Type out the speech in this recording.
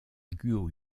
guo